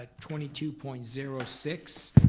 twenty two point zero six,